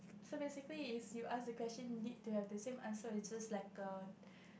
so basically is you ask the question you need to have the same answer or is like a